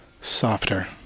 softer